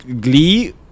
Glee